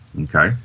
Okay